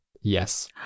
yes